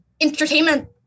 entertainment